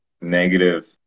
negative